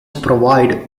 provide